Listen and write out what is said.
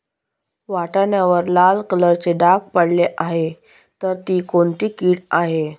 वाटाण्यावर लाल कलरचे डाग पडले आहे तर ती कोणती कीड आहे?